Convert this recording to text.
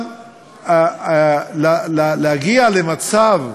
אבל להגיע למצב,